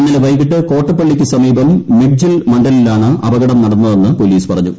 ഇന്നലെ വൈകിട്ട് കോട്ടപ്പളളിക്ക് സമീപം മിഡ്ജിൽ മണ്ടലിലാണ് അപകടം നടന്നതെന്ന് പൊലീസ് പറഞ്ഞു